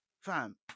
fam